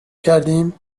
کردیم